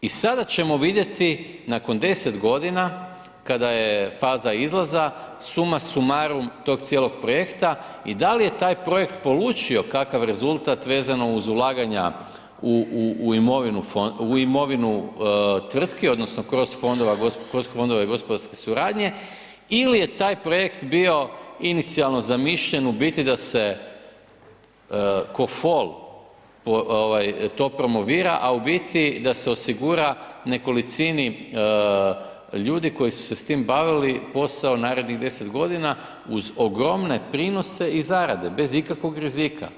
I sada ćemo vidjeti nakon 10 godina, kada je faza izlaza suma sumarum tog cijelog projekta i da li je taj projekt polučio kakav rezultat vezano uz ulaganja u imovinu tvrtku odnosno kroz fondove gospodarske suradnje ili je taj projekt bio inicijalno zamišljen u biti da se ko fol, to promovira, a u biti da se osigura nekolicini ljudi koji su se s tim bavili posao narednih 10 godina uz ogromne prinose i zarade, bez ikakvog rizika.